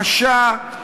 קשה,